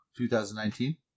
2019